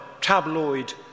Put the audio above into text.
tabloid